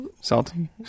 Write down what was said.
Salty